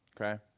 Okay